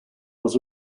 was